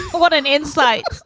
what an insight